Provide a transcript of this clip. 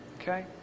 Okay